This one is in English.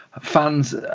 fans